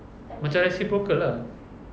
macam reciprocal lah